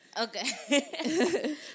Okay